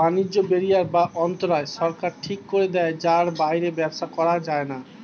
বাণিজ্য ব্যারিয়ার বা অন্তরায় সরকার ঠিক করে দেয় যার বাইরে ব্যবসা করা যায়না